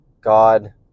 God